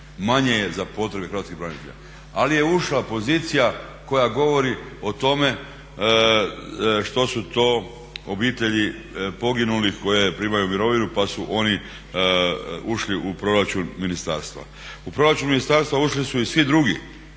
Manje je za potrebe hrvatskih branitelja, ali je ušla pozicija koja govori o tome što su to obitelji poginulih koje primaju mirovinu pa su oni ušli u proračun ministarstva. U proračun ministarstva ušli su i svi drugi.